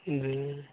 जी